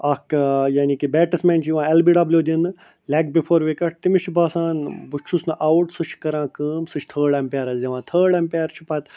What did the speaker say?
اَکھ یعنی کہ بٮ۪ٹَس مین چھِ یِوان ایٚل بی ڈبلیو دِنہٕ لیگ بِفور وِکَٹ تٔمِس چھِ باسان بہٕ چھُس نہٕ آوُٹ سُہ چھِ کران کٲم سُہ چھِ تھٲڈ ایٚمپیرَس دِوان تھٲڈ ایٚمپیر چھِ پتہٕ